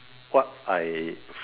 what I